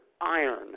iron